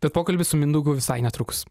bet pokalbis su mindaugu visai netrukus